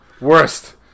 worst